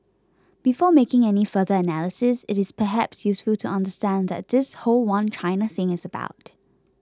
before making any further analysis it is perhaps useful to understand what this whole One China thing is about